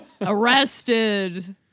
arrested